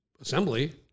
assembly